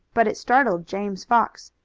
but it startled james fox.